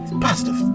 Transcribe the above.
positive